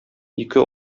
ике